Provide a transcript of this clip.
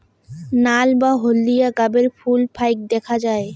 নাল বা হলদিয়া গাবের ফুল ফাইক দ্যাখ্যা যায়